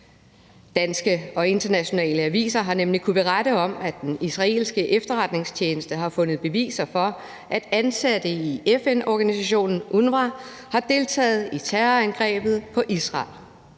Danske og internationale aviser har nemlig kunnet berette om, at den israelske efterretningstjeneste har fundet beviser for, at ansatte i FN-organisationen UNRWA har deltaget i terrorangrebet på Israel